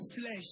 flesh